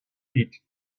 pete